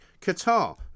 Qatar